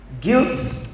guilt